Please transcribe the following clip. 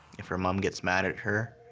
if her mom gets mad at her,